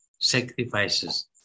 sacrifices